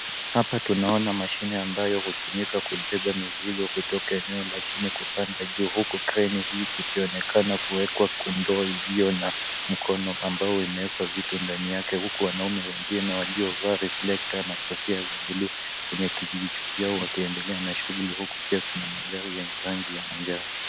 Hapa tunaona mashine ambayo hutumika kubeba mizigo kutoka eneo la chini kupanda juu huku kreni hii ikionekana kuwekwa kwa ndoo ilio na mkono ambao imewekwa vitu ndani yake huku wanaume wengine waliovaa riflekta na kofia za bluu kwenye vichwa vyao wakiendelea na shughuli zao huku pia kuna magari yenye rangi ya manjano.